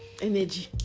Energy